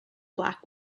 black